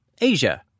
Asia